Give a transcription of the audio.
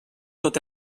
tot